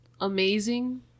amazing